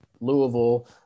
Louisville